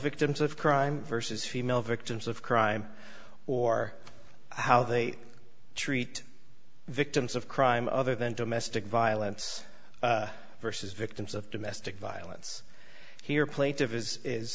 victims of crime versus female victims of crime or how they treat victims of crime other than domestic violence versus victims of domestic violence here plaintive is is